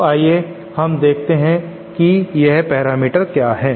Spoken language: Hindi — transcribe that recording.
तो आइए हम देखते हैं कि यह पैरामीटर क्या है